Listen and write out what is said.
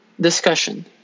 Discussion